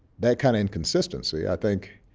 that kind of inconsistency, i think,